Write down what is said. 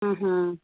ಹ್ಞೂ ಹ್ಞೂ